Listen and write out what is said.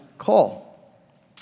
call